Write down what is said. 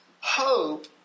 Hope